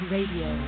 Radio